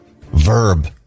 verb